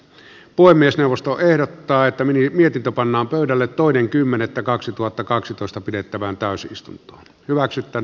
puhemiesneuvosto ehdottaa että meni mietitä pannaan pöydälle toinen kymmenettä kaksituhattakaksitoista pidettävään täysistunto hyväksytään